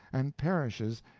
and perishes,